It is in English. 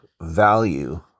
value